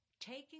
taking